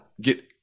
get